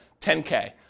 10K